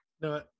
No